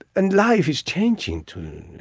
and life is changing, too.